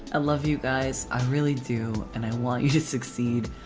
ah love you guys. i really do. and i want you to succeed.